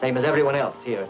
same as everyone else here